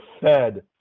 Fed